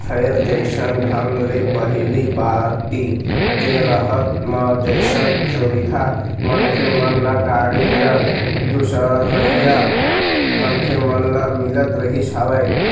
फेर जइसन ढंग ले पहिली पारटी के रहत म जइसन सुबिधा मनखे मन ल, गाड़ी ल, दूसरइया मनखे मन ल मिलत रिहिस हवय